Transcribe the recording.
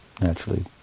naturally